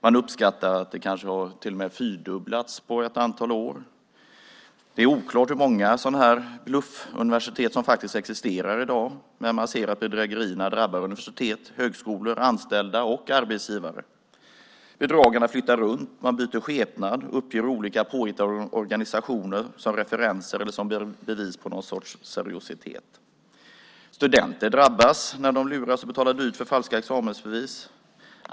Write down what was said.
Man uppskattar att det kanske till och med har fyrdubblats på ett antal år. Det är oklart hur många bluffuniversitet som faktiskt existerar i dag. Man ser att bedrägerierna drabbar universitet, högskolor, anställda och arbetsgivare. Bedragarna flyttar runt. Man byter skepnad och uppger olika påhittade organisationer som referenser eller som bevis på någon sorts seriositet. Studenter drabbas när de luras att betala dyrt för falska examensbevis.